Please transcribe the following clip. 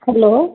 hello